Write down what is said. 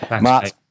Matt